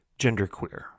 Genderqueer